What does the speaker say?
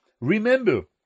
Remember